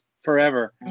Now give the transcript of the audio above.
forever